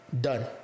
done